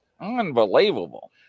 Unbelievable